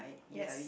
yes